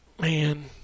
Man